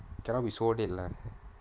cannot be so late lah